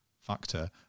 factor